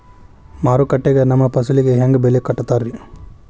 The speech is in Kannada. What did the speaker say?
ಮಾರುಕಟ್ಟೆ ಗ ನಮ್ಮ ಫಸಲಿಗೆ ಹೆಂಗ್ ಬೆಲೆ ಕಟ್ಟುತ್ತಾರ ರಿ?